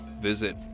visit